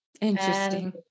interesting